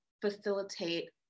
facilitate